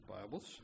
Bibles